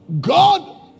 God